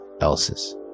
else's